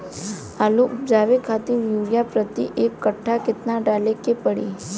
आलू उपजावे खातिर यूरिया प्रति एक कट्ठा केतना डाले के पड़ी?